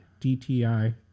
DTI